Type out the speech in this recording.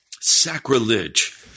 sacrilege